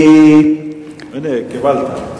הנה, קיבלת.